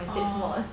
orh